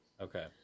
Okay